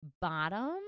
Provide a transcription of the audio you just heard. bottom